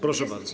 Proszę bardzo.